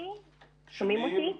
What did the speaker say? שומעים אותי?